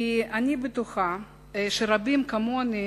כי אני בטוחה שרבים כמוני,